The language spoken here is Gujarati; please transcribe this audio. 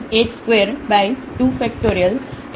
fx0hfx0hfx0h22